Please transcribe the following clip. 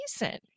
reason